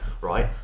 right